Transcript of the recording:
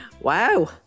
Wow